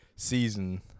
season